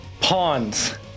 pawns